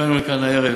תירגעו כבר.